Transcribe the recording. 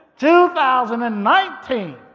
2019